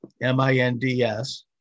M-I-N-D-S